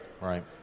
Right